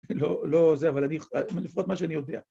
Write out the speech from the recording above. ‫לא זה, אבל לפחות מה שאני יודע.